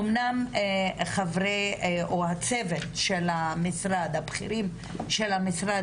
אמנם חברי או הצוות של המשרד הבכירים של המשרד,